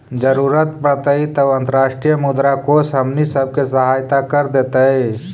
जरूरत पड़तई तब अंतर्राष्ट्रीय मुद्रा कोश हमनी सब के सहायता कर देतई